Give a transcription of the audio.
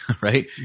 right